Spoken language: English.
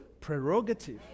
prerogative